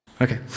Okay